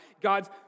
God's